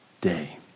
day